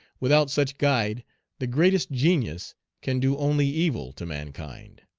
without such guide the greatest genius can do only evil to mankind.